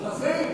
ברזים?